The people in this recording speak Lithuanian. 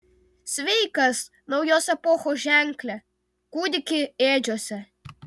sveikas naujos epochos ženkle kūdiki ėdžiose